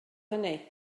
hynny